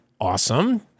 awesome